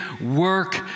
work